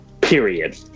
period